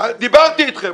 דיברתי אתכם.